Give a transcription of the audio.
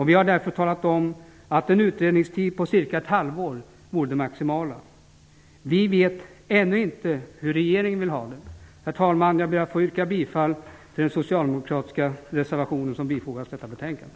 Vi har därför sagt att en utredningstid på ett halvår vore det maximala. Vi vet ännu inte hur regeringen vill ha det. Herr talman! Jag ber att få yrka bifall till den socialdemokratiska reservation som fogats till detta betänkande.